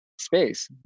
space